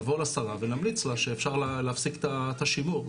נבוא לשרה ונמליץ לה שאפשר להפסיק את השימור.